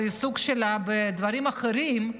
בעיסוק שלה בדברים אחרים,